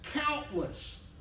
countless